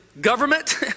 government